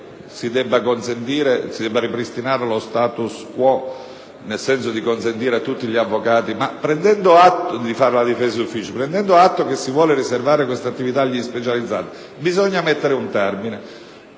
si debba ripristinare lo *status quo*, nel senso di consentire a tutti gli avvocati di accedere all'incarico di difensore di ufficio. Però, prendendo atto che si vuole riservare questa attività agli specializzandi, bisogna porre un termine.